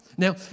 Now